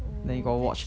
oh that's